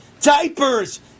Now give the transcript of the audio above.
Diapers